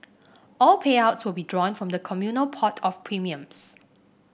all payouts will be drawn from the communal pot of premiums